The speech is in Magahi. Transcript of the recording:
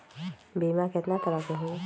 बीमा केतना तरह के होइ?